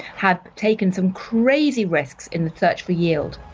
have taken some crazy risks in the search for yield.